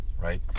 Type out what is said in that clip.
right